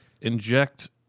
inject